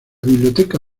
biblioteca